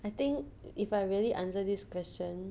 I think if I really answer this question